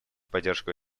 поддержку